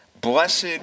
Blessed